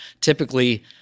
typically